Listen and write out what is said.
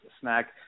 snack